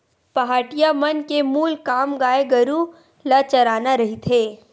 पहाटिया मन के मूल काम गाय गरु ल चराना रहिथे